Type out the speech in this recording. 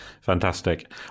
fantastic